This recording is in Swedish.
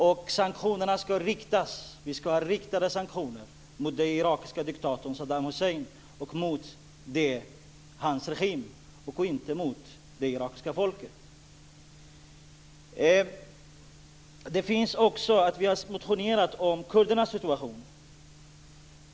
De vill att det ska vara riktade sanktioner mot den irakiska diktatorn Saddam Hussein och hans regim, inte mot det irakiska folket. Vi har motionerat om kurdernas situation.